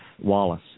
Wallace